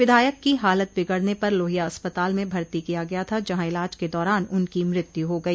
विधायक की हालत बिगड़ने पर लोहिया अस्पताल में भर्ती किया गया था जहां इलाज के दौरान उनकी मृत्यु हो गई